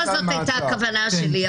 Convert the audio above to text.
לא זאת הייתה הכוונה שלי,